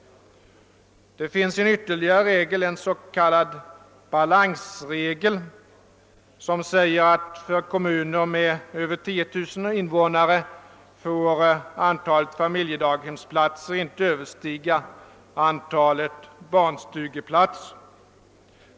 Det finns en ytterligare regel, den s.k. balansregeln, som säger att i kommuner med över 10000 invånare får antalet familjedaghemsplatser inte överstiga antalet barnstugeplatser.